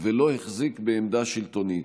ולא החזיק בעמדה שלטונית.